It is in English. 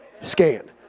scan